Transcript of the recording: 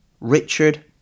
Richard